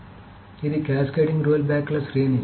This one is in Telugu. కాబట్టి ఇది క్యాస్కేడింగ్ రోల్బ్యాక్ల శ్రేణి